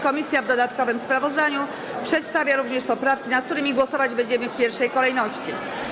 Komisja w dodatkowym sprawozdaniu przedstawia również poprawki, nad którymi głosować będziemy w pierwszej kolejności.